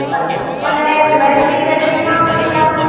અચ્છા અને જ્વેલરી બેલરીમાં કંઈ લાવવાનું